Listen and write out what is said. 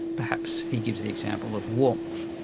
perhaps, he gives the example of warmth.